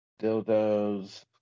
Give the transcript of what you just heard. dildos